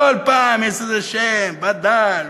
כל פעם יש איזה שם, וד"ל,